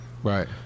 Right